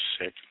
sick